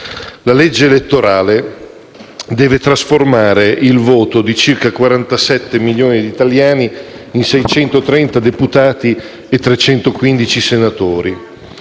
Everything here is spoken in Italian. La legge elettorale deve trasformare il voto di circa 47 milioni di italiani in 630 deputati e 315 senatori.